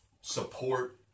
support